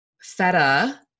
feta